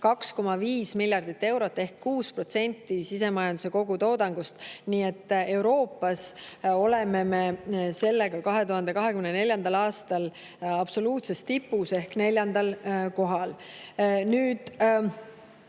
2,5 miljardit eurot ehk 6% sisemajanduse kogutoodangust. Euroopas oleme me sellega 2024. aastal absoluutses tipus ehk neljandal kohal. Te